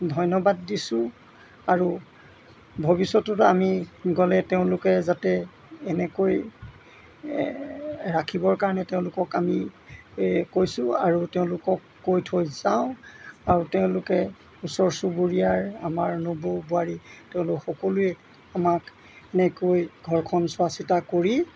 ধন্যবাদ দিছোঁ আৰু ভৱিষ্যততো আমি গ'লে তেওঁলোকে যাতে এনেকৈ ৰাখিবৰ কাৰণে তেওঁলোকক আমি কৈছোঁ আৰু তেওঁলোকক কৈ থৈ যাওঁ আৰু তেওঁলোকে ওচৰ চুবুৰীয়াৰ আমাৰ নবৌ বোৱাৰী তেওঁলোক সকলোৱে আমাক এনেকৈ ঘৰখন চোৱা চিতা কৰি